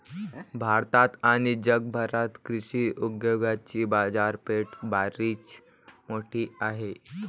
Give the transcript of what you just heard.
भारतात आणि जगभरात कृषी उद्योगाची बाजारपेठ बरीच मोठी आहे